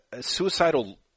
suicidal